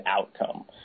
outcome